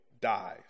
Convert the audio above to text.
dies